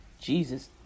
jesus